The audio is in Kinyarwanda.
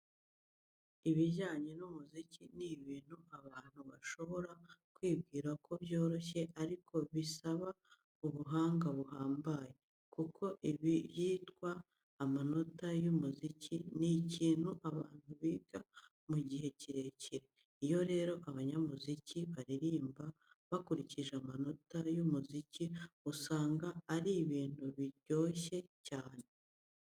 Ibijyanye n'umuziki ni ibintu abantu bashobora kwibwira ko byoroshye ariko bisaba ubuhanga buhambaye, kuko ikitwa amanota y'umuziki ni ikintu abantu biga mu gihe kirekire. Iyo rero abanyamuziki baririmba bakurikije amanota y'umuziki usanga ari ibintu biryoshye cyane.